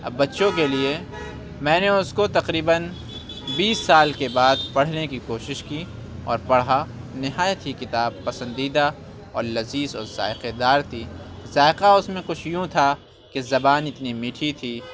اب بچوں کے لیے میں نے اُس کو تقریباً بیس سال کے بعد پڑھنے کی کوشش کی اور پڑھا نہایت ہی کتاب پسندیدہ اور لذیذ اور ذائقےدار تھی ذائقہ اُس میں کچھ یوں تھا کہ زبان اتنی میٹھی تھی